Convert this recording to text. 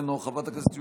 חבר הכנסת אלי אבידר,